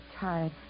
tired